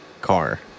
car